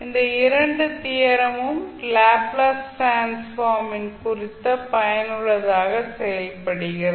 இந்த இரண்டு தியரம் ம் லேப்ளேஸ் டிரான்ஸ்ஃபார்ம் குறித்த பயனுள்ளதாக செயல்படுகிறது